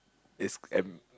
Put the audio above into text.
east am